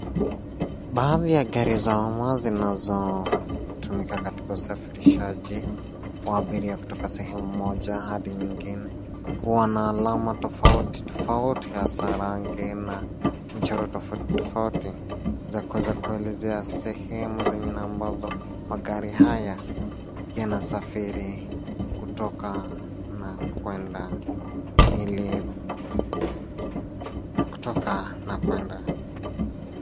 Baadhi ya gari za uma zinazotumika katika usafirishaji wa abiria kutoka sehemu moja hadi nyingine huwa na alama tofauti tofauti haswa rangi na michoro tofauti tofauti za kuweza kuelezwa sehemu zenye namba za magari haya yanasafiri kutoka na kwenda ili kutoka na kwenda.